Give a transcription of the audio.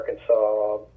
Arkansas